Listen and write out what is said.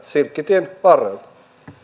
silkkitien varrelta arvoisa